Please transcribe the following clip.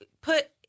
put